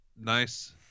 nice